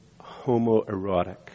homoerotic